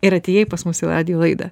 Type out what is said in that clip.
ir atėjai pas mus į radijo laidą